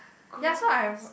goodness